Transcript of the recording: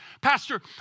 Pastor